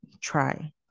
try